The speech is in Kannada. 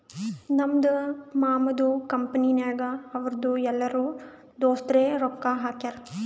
ನಮ್ದು ಮಾಮದು ಕಂಪನಿನಾಗ್ ಅವ್ರದು ಎಲ್ಲರೂ ದೋಸ್ತರೆ ರೊಕ್ಕಾ ಹಾಕ್ಯಾರ್